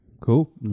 cool